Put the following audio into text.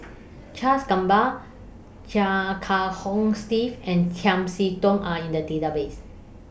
Charles Gamba Chia Kiah Hong Steve and Chiam See Tong Are in The Database